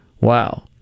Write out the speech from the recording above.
wow